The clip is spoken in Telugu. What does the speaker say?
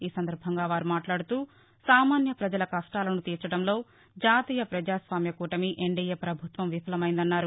ఈ సందర్బంగా వారు మాట్లాడుతూ సామాన్య ప్రజల కష్టాలను తీర్చడంలో జాతీయ ప్రజాస్వామ్య కూటమి ఎన్డీఏ పభుత్వం విఫలమైందన్నారు